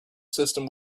system